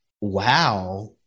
wow